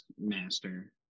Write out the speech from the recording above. master